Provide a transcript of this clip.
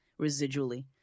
residually